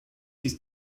his